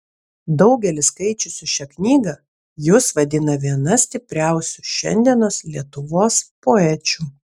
daugelis skaičiusių šią knygą jus vadina viena stipriausių šiandienos lietuvos poečių